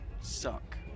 suck